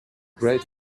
great